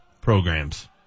programs